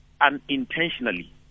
unintentionally